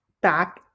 back